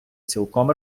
цілком